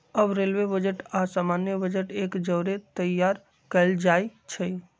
अब railway budget आऽ सामान्य बजट एक जौरे तइयार कएल जाइ छइ